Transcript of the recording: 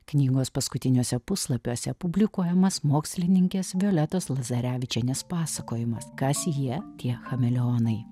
knygos paskutiniuose puslapiuose publikuojamas mokslininkės violetos lazarevičienės pasakojimas kas jie tie chameleonai